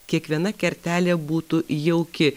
kiekviena kertelė būtų jauki